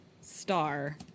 star